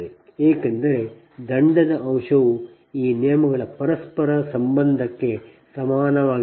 ಏಕೆಂದರೆ ದಂಡದ ಅಂಶವು ಈ ನಿಯಮಗಳ ಪರಸ್ಪರ ಸಂಬಂಧಕ್ಕೆ ಸಮಾನವಾಗಿರುತ್ತದೆ